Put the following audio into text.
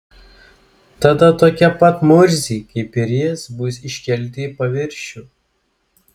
tada tokie pat murziai kaip ir jis bus iškelti į paviršių